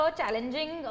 challenging